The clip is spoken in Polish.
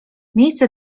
miejsce